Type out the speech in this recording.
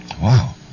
Wow